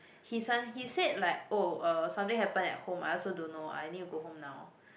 he sud~ he said like oh uh something happen at home I also don't know I need to go home now